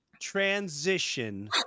transition